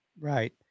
right